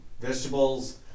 Vegetables